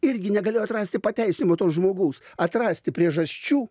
irgi negalėjo atrasti pateisinimų to žmogaus atrasti priežasčių